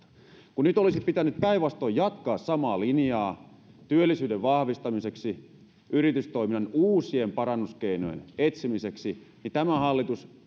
kun nyt olisi pitänyt päinvastoin jatkaa samaa linjaa työllisyyden vahvistamiseksi ja yritystoiminnan uusien parannuskeinojen etsimiseksi niin tämä hallitus